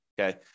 okay